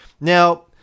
Now